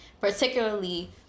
particularly